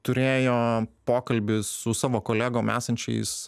turėjo pokalbį su savo kolegom esančiais